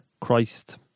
Christ